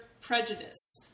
prejudice